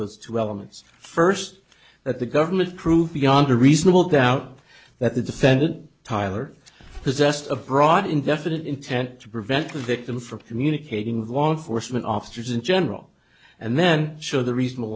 those two elements first that the government prove beyond a reasonable doubt that the defendant tyler possessed of broad indefinite intent to prevent the victim from communicating with law enforcement officers in general and then sure the reasonable